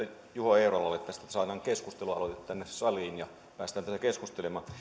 juho eerolalle tästä saadaan keskustelualoite tänne saliin ja päästään tästä keskustelemaan